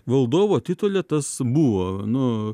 valdovo titule tas buvo nu